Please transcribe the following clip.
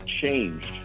changed